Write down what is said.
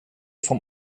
vom